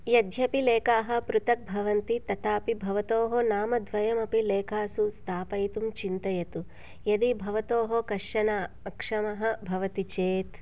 यद्यपि लेखाः पृथक् भवन्ति तथापि भवतोः नामद्वयमपि लेखासु स्थापयितुं चिन्तयतु यदि भवतोः कश्चन अक्षमः भवति चेत्